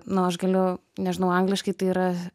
nu aš galiu nežinau angliškai tai yra